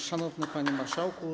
Szanowny Panie Marszałku!